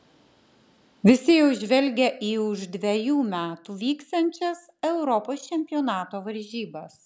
visi jau žvelgia į už dvejų metų vyksiančias europos čempionato varžybas